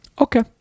okay